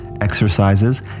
exercises